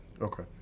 Okay